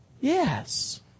Yes